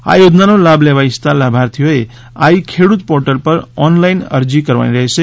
આ યોજનાનો લાભ લેવા ઇચ્છતા લાભાર્થીઓએ આઈ ખેડૂત પોર્ટલ પર ઓનલાઈન અરજી કરવાની રહેશે